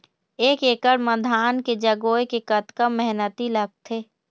एक एकड़ म धान के जगोए के कतका मेहनती लगथे?